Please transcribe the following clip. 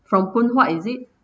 from phoon huat is it